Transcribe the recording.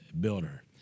builder